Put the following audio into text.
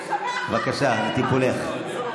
בבקשה, לטיפולך.